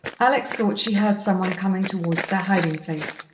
alex thought she heard some one coming towards their hiding-place,